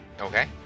Okay